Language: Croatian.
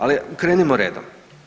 Ali krenimo redom.